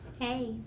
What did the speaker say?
hey